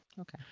Okay